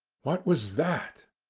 what was that?